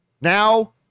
now